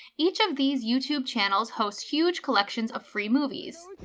each of these youtube channels host huge collections of free movies.